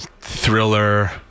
thriller